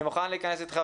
אני מוכן להיכנס איתך,